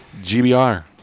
GBR